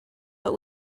but